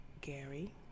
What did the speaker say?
gary